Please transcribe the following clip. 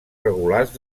regulars